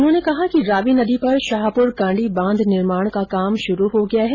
उन्होंने कहा कि रावी नदी पर शाहपुर कांडी बांध निर्माण का काम शुरू हो गया है